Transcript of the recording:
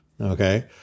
Okay